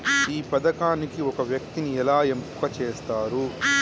ఈ పథకానికి ఒక వ్యక్తిని ఎలా ఎంపిక చేస్తారు?